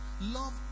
Love